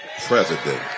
president